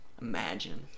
Imagine